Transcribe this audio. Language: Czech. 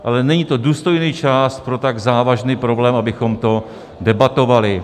Ale není to důstojný čas pro tak závažný problém, abychom to debatovali.